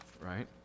right